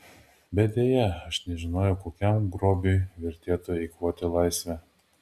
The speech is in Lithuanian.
bet deja aš nežinojau kokiam grobiui vertėtų eikvoti laisvę